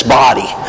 body